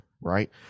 right